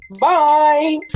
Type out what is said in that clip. bye